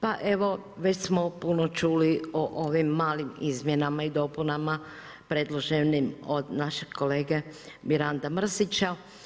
Pa evo već smo puno čuli o ovim malim izmjenama i dopunama predloženim od našeg kolege Miranda Mrsića.